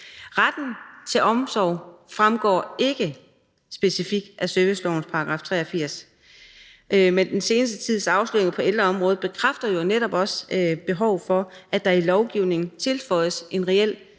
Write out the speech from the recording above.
Retten til omsorg fremgår ikke specifikt af servicelovens § 83. Men den seneste tids afsløringer på ældreområdet bekræfter jo netop behovet for, at der i lovgivningen tilføjes en reel